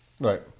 Right